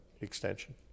extension